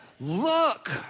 look